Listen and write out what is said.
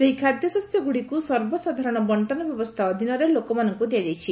ସେହି ଖାଦ୍ୟଶସ୍ୟଗୁଡ଼ିକୁ ସର୍ବସାଧାରଣ ବଣ୍ଟନ ବ୍ୟବସ୍ଥା ଅଧୀନରେ ଲୋକମାନଙ୍କୁ ଦିଆଯାଇଛି